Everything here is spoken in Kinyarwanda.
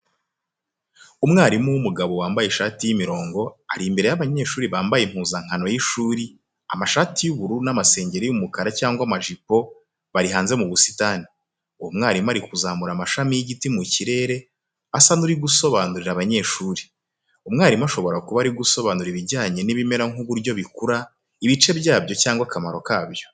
Umwarimu w'umugabo wambaye ishati y'imirongo, ari imbere y'abanyeshuri bambaye impuzankano y'ishuri, amashati y'ubururu n'amasengeri y'umukara cyangwa amajipo bari hanze mu busitani. Uwo mwarimu ari kuzamura amashami y’igiti mu kirere asa n’uri gusobanurira abanyeshuri. Umwarimu ashobora kuba ari gusobanura ibijyanye n’ibimera nk'uburyo bikura, ibice byabyo cyangwa akamaro kabyo.